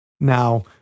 Now